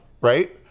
right